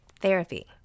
Therapy